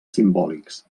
simbòlics